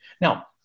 Now